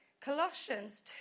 Colossians